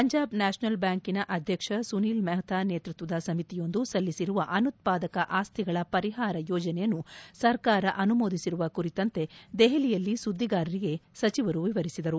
Punjab national ಬ್ಯಾಂಕಿನ ಅಧ್ಯಕ್ಷ ಸುನೀಲ್ ಮಪ್ತ ನೇತೃಕ್ಷದ ಸಮಿತಿಯೊಂದು ಸಲ್ಲಿಸಿರುವ ಅನುತ್ಪಾದಕ ಆಸ್ತಿಗಳ ಪರಿಹಾರ ಯೋಜನೆಯನ್ನು ಸರ್ಕಾರ ಅನುಮೋದಿಸಿರುವ ಕುರಿತಂತೆ ದೆಹಲಿಯಲ್ಲಿ ಸುದ್ದಿಗಾರರಿಗೆ ಸಚಿವರು ವಿವರಿಸಿದರು